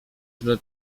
źle